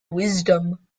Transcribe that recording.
wisdom